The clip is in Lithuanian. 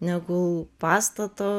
negu pastato